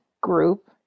group